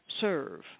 serve